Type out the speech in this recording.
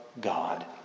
God